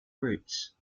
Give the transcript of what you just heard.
routes